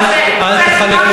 אל תחלק לי